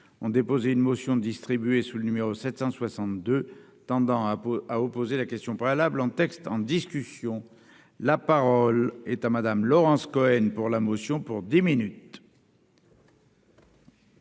ont déposé une motion distribuée sous le numéro 762 tendant à Pau à opposer la question préalable en textes en discussion, la parole est à madame Laurence Cohen pour la motion pour dix minutes.